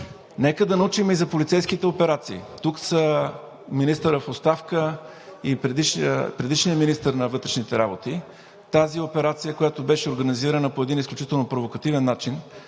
Нека да научим и за полицейските операции. Тук са министърът в оставка и предишният министър на вътрешните работи – тази операция, която беше организирана по един изключително провокативен начин,